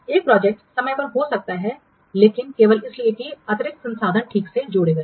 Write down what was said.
एक प्रोजेक्ट समय पर हो सकता है लेकिन केवल इसलिए कि अतिरिक्त संसाधन ठीक जोड़े गए हैं